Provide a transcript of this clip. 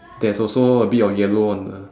there's also a bit of yellow on the